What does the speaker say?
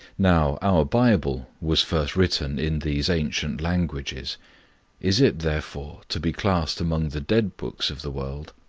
now, our bible was first written in these ancient languages is it, therefore, to be classed among the dead books of the world?